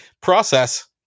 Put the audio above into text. process